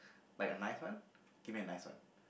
like a nice one give me a nice one